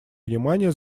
внимание